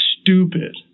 stupid